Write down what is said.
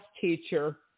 teacher